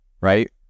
right